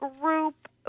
group